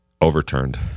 Overturned